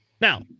Now